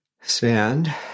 Stand